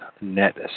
Net